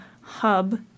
hub